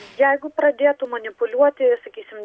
jeigu pradėtų manipuliuoti sakysim